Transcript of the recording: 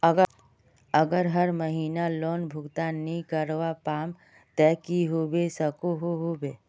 अगर हर महीना लोन भुगतान नी करवा पाम ते की होबे सकोहो होबे?